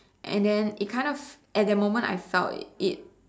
and then it kind of at that moment I felt it